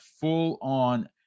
full-on